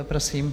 Prosím.